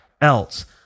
else